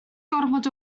gormod